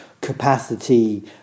capacity